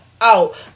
out